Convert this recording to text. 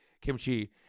kimchi